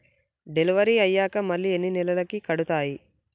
Delivery అయ్యాక మళ్ళీ ఎన్ని నెలలకి కడుతాయి?